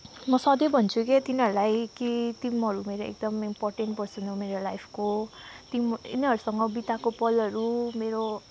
म सधैँ भन्छु के तिनीहरूलाई कि तिमीहरू मेरो एकदम इम्पोर्टेन्ट पर्सन हो मेरो लाइफको ती यिनीहरूसँग बिताएको पलहरू मेरो